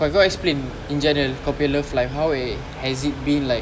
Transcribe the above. kalau kau explain in general kau punya love life how has it been like